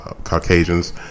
Caucasians